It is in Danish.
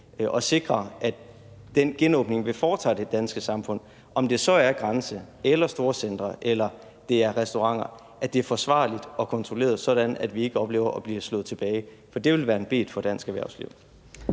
at sikre, at den genåbning, vi foretager af det danske samfund – om det så er grænser eller storcentre eller det er restauranter – er forsvarlig og kontrolleret, sådan at vi ikke oplever at blive slået tilbage. For det ville være en bet for dansk erhvervsliv.